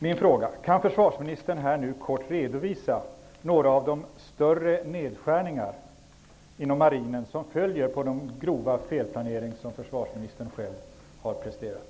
Min fråga är: Kan försvarsministern kort redovisa några av de större nedskärningar inom marinen som följer på den grova felplanering som försvarsministern själv har presterat?